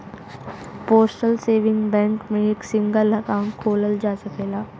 postal saving bank में एक single account खोलल जा सकला